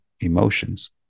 emotions